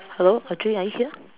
hello Audrey are you here